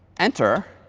enter.